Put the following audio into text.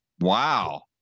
wow